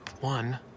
One